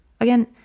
Again